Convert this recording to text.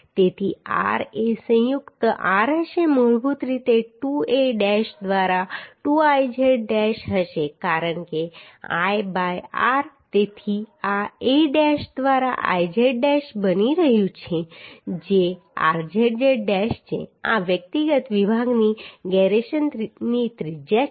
તેથી r એ સંયુક્ત r હશે મૂળભૂત રીતે 2A ડૅશ દ્વારા 2Iz ડૅશ હશે કારણ કે I બાય r તેથી આ A ડૅશ દ્વારા Iz ડૅશ બની રહ્યું છે જે rzz ડેશ છે આ વ્યક્તિગત વિભાગની ગિરેશનની ત્રિજ્યા છે